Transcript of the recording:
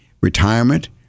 retirement